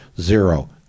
zero